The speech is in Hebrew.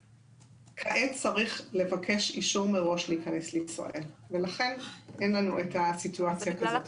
כעת צריך לבקש אישור מראש להיכנס לישראל ולכן אין לנו סיטואציה כזאת.